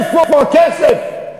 איפה הכסף?